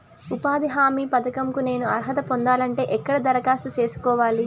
ఉపాధి హామీ పథకం కు నేను అర్హత పొందాలంటే ఎక్కడ దరఖాస్తు సేసుకోవాలి?